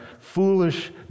foolish